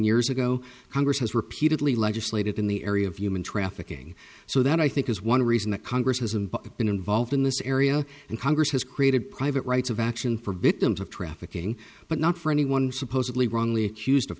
years ago congress has repeatedly legislated in the area of human trafficking so that i think is one reason that congress has been involved in this area and congress has created private rights of action for victims of trafficking but not for anyone supposedly wrongly accused of